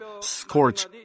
scorch